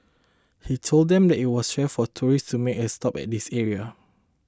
he told them that it was rare for tourists to make a stop at this area